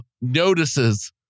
notices